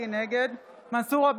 ממש לא.